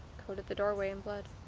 coated the doorway in blood.